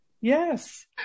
Yes